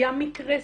היה מקרה ספציפי,